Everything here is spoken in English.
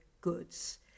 goods